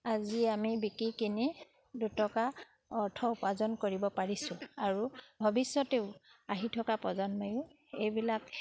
আজি আমি বিকি কিনি দুটকা অৰ্থ উপাৰ্জন কৰিব পাৰিছোঁ আৰু ভৱিষ্যতেও আহি থকা প্ৰজন্ময়ো এইবিলাক